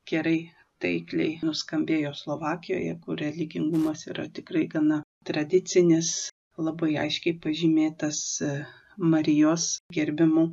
gerai taikliai nuskambėjo slovakijoje kur religingumas yra tikrai gana tradicinis labai aiškiai pažymėtas e marijos gerbimu